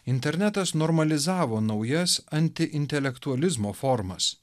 internetas normalizavo naujas antiintelektualizmo formas